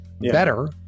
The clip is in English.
better